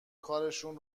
کارشون